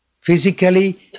Physically